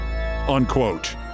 unquote